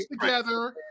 together